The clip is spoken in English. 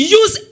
use